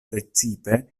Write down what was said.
precipe